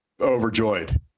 overjoyed